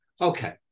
Okay